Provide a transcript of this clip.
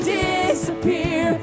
disappear